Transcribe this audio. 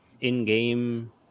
in-game